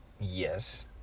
Yes